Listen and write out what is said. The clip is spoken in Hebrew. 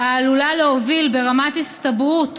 העלולה להוביל למלחה ברמת הסתברות